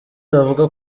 bavuga